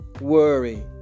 Worry